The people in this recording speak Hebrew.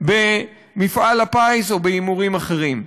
במפעל הפיס או בהימורים אחרים.